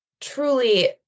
truly